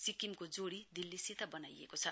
सिक्किमको जोडी दिल्लीसित बनाइएको छ